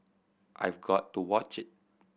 I've got to watch it